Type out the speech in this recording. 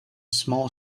small